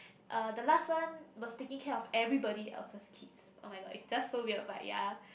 uh the last one was taking care of everybody else's kids oh-my-god is just so weird but ya